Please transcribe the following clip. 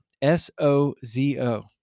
s-o-z-o